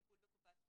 לטיפול בקופת חולים.